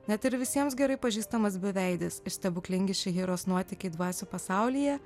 net ir visiems gerai pažįstamas beveidis iš stebuklingi šihiros nuotykiai dvasių pasaulyje